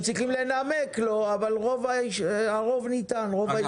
צריכים לנמק לו אבל רוב הזמן ניתנים אישורים.